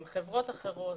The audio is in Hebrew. עם חברות אחרות,